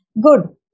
good